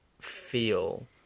feel